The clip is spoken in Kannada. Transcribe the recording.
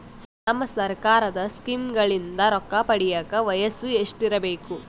ನಮ್ಮ ಸರ್ಕಾರದ ಸ್ಕೀಮ್ಗಳಿಂದ ರೊಕ್ಕ ಪಡಿಯಕ ವಯಸ್ಸು ಎಷ್ಟಿರಬೇಕು?